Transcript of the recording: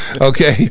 Okay